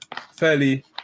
fairly